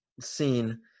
scene